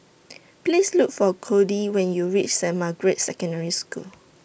Please Look For Codey when YOU REACH Saint Margaret's Secondary School